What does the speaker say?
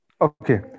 Okay